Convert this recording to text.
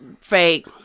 fake